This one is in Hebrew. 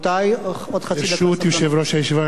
ברשות יושב-ראש הישיבה,